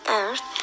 earth